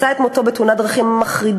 מצא את מותו בטרם עת בתאונת דרכים מחרידה,